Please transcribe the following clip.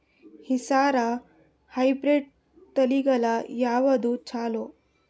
ಹೆಸರ ಹೈಬ್ರಿಡ್ ತಳಿಗಳ ಯಾವದು ಚಲೋ?